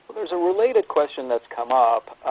there's a related question that's come up.